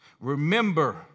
Remember